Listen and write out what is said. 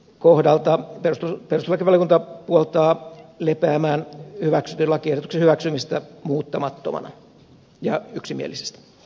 sen kohdalla perustuslakivaliokunta puoltaa lepäämään hyväksytyn lakiehdotuksen hyväksymistä muuttamattomana ja yksimielisesti